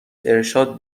ارشاد